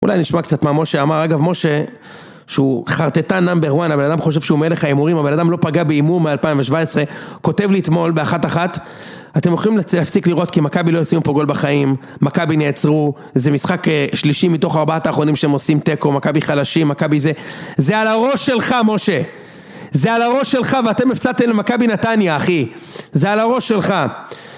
אולי נשמע קצת מה משה, אמר אגב משה, שהוא חרטטן נאמבר וואן, הבן האדם חושב שהוא מלך הימורים, הבן האדם לא פגע בהימור מ-2017, כותב לי אתמול באחת אחת, אתם יכולים להפסיק לראות כי מקאבי לא יוצאים פה גול בחיים, מכבי נעצרו, זה משחק שלישי מתוך ארבעת האחרונים שהם עושים תיקו, מכבי חלשים, מכבי זה, זה על הראש שלך משה, זה על הראש שלך ואתם הפסדתם למכבי נתניה אחי, זה על הראש שלך.